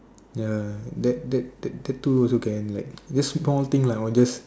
ya that that that that two also can like just small thing lah or just